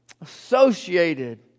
associated